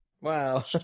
Wow